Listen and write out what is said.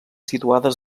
situades